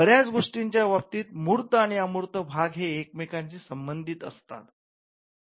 बर्याच गोष्टींच्या बाबतीत मूर्त आणि अमूर्त भाग हे एकमेकांशी संबंधित असतात